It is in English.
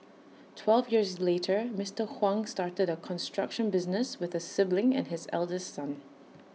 twelve years later Mister Huang started A construction business with A sibling and his eldest son